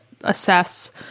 assess